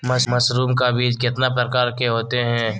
Mushroom का बीज कितने प्रकार के होते है?